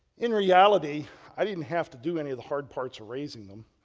in reality, i didn't have to do any of the hard parts of raising them.